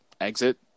exit